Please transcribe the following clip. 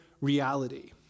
reality